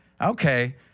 Okay